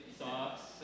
socks